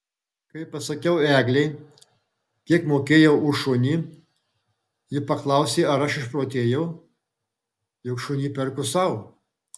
kai pasakiau eglei kiek mokėjau už šunį ji paklausė ar aš išprotėjau juk šunį perku sau